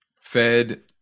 fed